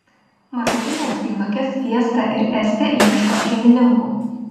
marmurinės dvynukės fiesta ir estė ieško šeimininkų